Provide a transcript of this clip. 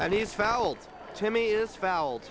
and he's fouled to me is fouled